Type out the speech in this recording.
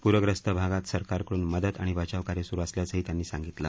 प्रग्रस्त भागात सरकारकइन मदत आणि बचावकार्य सुरू असल्याचंही त्यांनी सांगितल